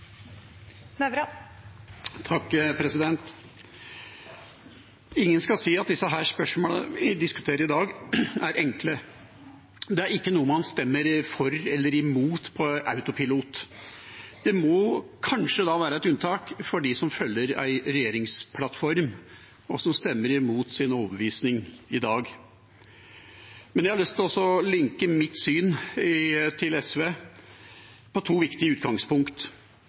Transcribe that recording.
enkle. Det er ikke noe man stemmer for eller imot på autopilot. Det må kanskje være et unntak for dem som følger en regjeringsplattform, og som stemmer imot sin overbevisning i dag. Jeg har lyst til å lenke mitt syn og SVs syn til to viktige utgangspunkt.